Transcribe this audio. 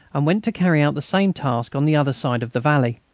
and went to carry out the same task on the other side of the valley.